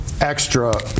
extra